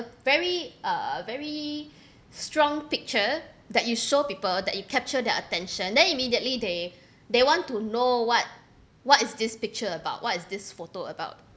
very uh very strong picture that you show people that you capture their attention then immediately they they want to know what what is this picture about what is this photo about